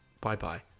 bye-bye